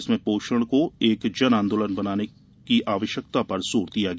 इसमें पोषण को एक जन आंदोलन बनाने की आवश्यकता पर जोर दिया गया